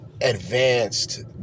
advanced